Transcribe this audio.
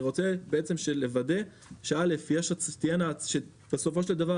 אני רוצה לוודא שבסופו של דבר,